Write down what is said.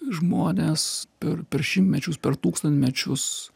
žmonės per per šimtmečius per tūkstantmečius